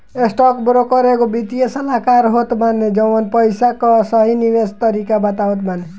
stockbroker एगो वित्तीय सलाहकार होत बाने जवन पईसा कअ सही निवेश तरीका बतावत बाने